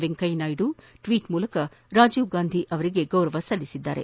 Venkaiah Naidu tweet ಮೂಲಕ ರಾಜೀವ್ಗಾಂಧಿ ಅವರಿಗೆ ಗೌರವ ಸಲ್ಲಿಸಿದ್ದಾರೆ